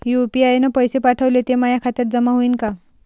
UPI न पैसे पाठवले, ते माया खात्यात जमा होईन का?